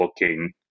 looking